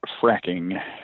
fracking